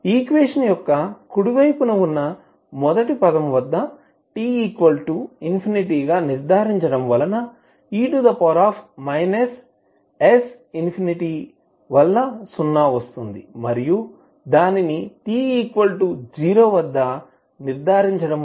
equation యొక్క కుడి వైపున ఉన్న మొదటి పదము వద్ద t ∞ గా నిర్దారించడం వలన e s∞ వల్ల సున్నా వస్తుంది మరియు దానిని t 0 వద్ద నిర్దారించడం వలన 1s00fxdx0